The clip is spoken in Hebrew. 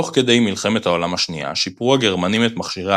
תוך כדי מלחמת העולם השנייה שיפרו הגרמנים את מכשירי